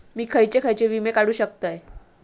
मी खयचे खयचे विमे काढू शकतय?